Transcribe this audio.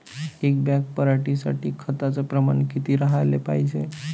एक बॅग पराटी साठी खताचं प्रमान किती राहाले पायजे?